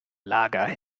lager